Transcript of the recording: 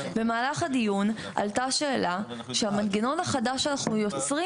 במהלך הדיון עלתה השאלה שהמנגנון החדש שאנחנו יוצרים,